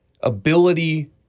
ability